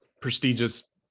prestigious